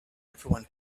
everyone